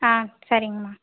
ஆ சரிங்கம்மா